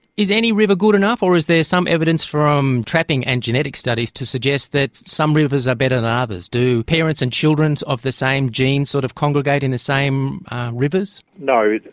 is any river good enough, or is there some evidence from trapping and genetic studies to suggest that some rivers are better than others. do parents and children of the same genes sort of congregate in the same rivers? no,